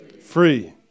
free